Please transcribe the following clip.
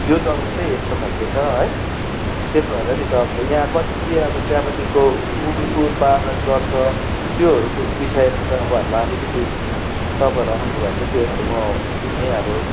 यो जग्गा चाहिँ यस्तो खालके छ है त्यही भएर नि तपाई यहाँ कसरी अब चियापत्तीको उ उत्पादन गर्छ त्योहरूको विषयमा त अब हामीलाई अलिकति तपाईँहरू आउनुभयो भने त त्योहरू म त्यही अब